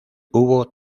hubo